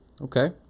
okay